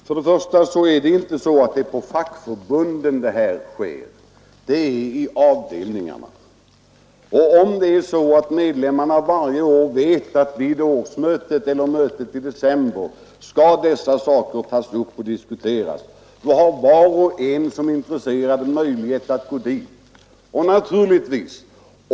Fru talman! Till att börja med vill jag påpeka att kollektivanslutningen inte sker på fackförbunden, utan i avdelningarna. Och då medlemmarna vet att dessa saker varje år skall tas upp och diskuteras på årsmötet eller på mötet i december har var och en som är intresserad möjlighet att gå dit.